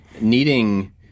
needing